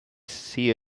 see